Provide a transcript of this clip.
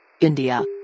India